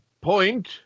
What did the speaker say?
point